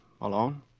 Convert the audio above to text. Alone